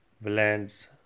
blends